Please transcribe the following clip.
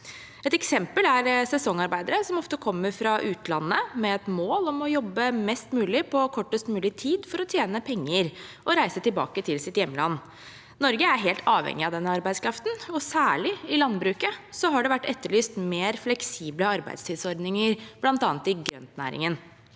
Et eksempel er sesongarbeidere, som ofte kommer fra utlandet med et mål om å jobbe mest mulig på kortest mulig tid for å tjene penger og reise tilbake til sitt hjemland. Norge er helt avhengig av den arbeidskraften, og særlig i landbruket har det vært etterlyst mer fleksible arbeidstidsordninger, bl.a. i grøntnæringen.